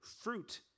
fruit